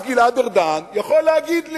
אז גלעד ארדן יכול להגיד לי,